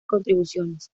contribuciones